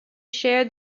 share